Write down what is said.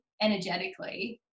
energetically